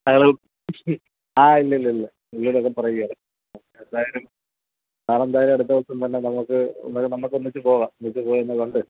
അത് ആ ഇല്ല ഇല്ല ഇല്ല ഇങ്ങനൊക്കെ പറയുകയാണെങ്കിൽ എത്രയായാലും സാറ് എന്തായാലും അടുത്ത ദിവസം തന്നെ നമ്മൾക്ക് നമ്മൾക്ക് ഒന്നിച്ചു പോവാം എന്നിട്ട് പോയൊന്നു കണ്ട്